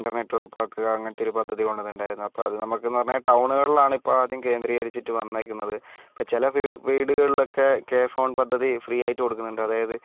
internet ഉറപ്പാക്കുക അങ്ങനത്തെ ഒരു പദ്ധതി കൊണ്ടുവന്നിട്ടുണ്ടായിരുന്നു അപ്പോൾ അത് നമുക്കെന്ന് പറഞ്ഞാൽ ടൗണുകളിൽ ആണ് ഇപ്പം ആദ്യം കേന്ദ്രീകരിച്ചിട്ട് വന്നിരിക്കുന്നത് ഇപ്പം ചില വീട് വീടുകളിലൊക്കെ കേ ഫോൺ പദ്ധതി ഫ്രീ ആയിട്ട് കൊടുക്കുന്നുണ്ട് അതായത്